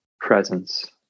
presence